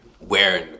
wearing